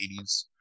80s